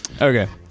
Okay